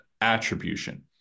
attribution